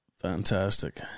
Fantastic